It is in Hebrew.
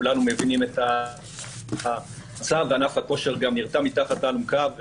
כולנו מבינים את המצב וענף הכושר גם נרתם מתחת לאלונקה.